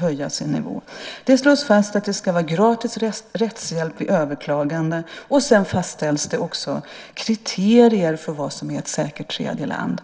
höja nivån. Vidare slås det fast att det ska finnas gratis rättshjälp vid överklaganden, och dessutom fastställs kriterier för vad som är ett säkert tredjeland.